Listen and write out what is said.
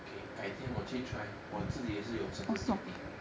okay 改天我去 try 我自己也是有 sensitive teeth